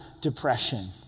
depression